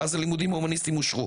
ואז לימודים הומניסטיים אושרו.